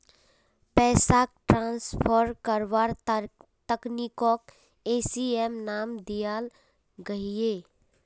पैसाक ट्रान्सफर कारवार तकनीकोक ई.सी.एस नाम दियाल गहिये